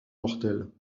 mortelle